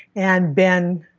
and ben